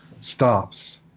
stops